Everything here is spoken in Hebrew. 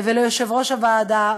וליושב-ראש הוועדה,